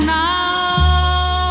now